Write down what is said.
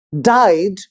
died